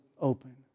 open